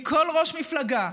מכל ראש מפלגה,